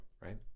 right